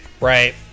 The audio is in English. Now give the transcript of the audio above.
Right